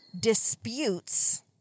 disputes